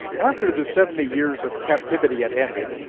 after the seventy years of captivity had ended,